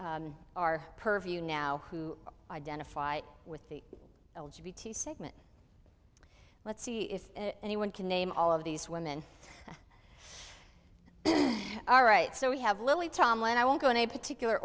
in our purview now who identify with the segment let's see if anyone can name all of these women all right so we have lily tomlin i will go in a particular